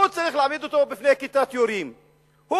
הוא,